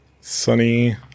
sunny